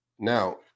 Now